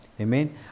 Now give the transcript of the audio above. Amen